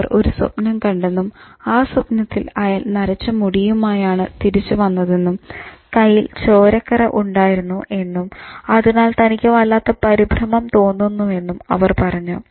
അവർ ഒരു സ്വപ്നം കണ്ടെന്നും ആ സ്വപ്നത്തിൽ അയാൾ നരച്ച മുടിയുമായാണ് തിരിച്ചു വന്നതെന്നും കയ്യിൽ ചോരക്കറ ഉണ്ടായിരുന്നു എന്നും അതിനാൽ തനിക്ക് വല്ലാത്ത പരിഭ്രമം തോന്നുന്നുവെന്നും അവർ പറഞ്ഞു